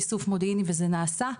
איסוף מודיעני וזה נעשה,